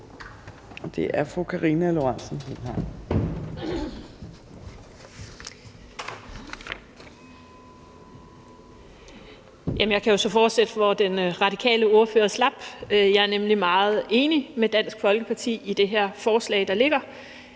Jeg kan jo så fortsætte, hvor den radikale ordfører slap, for jeg er nemlig meget enig med Dansk Folkeparti i det her forslag, der ligger.